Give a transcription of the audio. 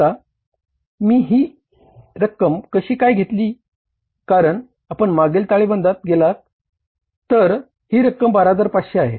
आता मी हि रक्कम कशी काय घेतली कारण आपण मागील ताळेबंदात गेलात तर ही रक्कम 12500 आहे